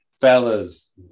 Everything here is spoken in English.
Fellas